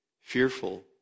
fearful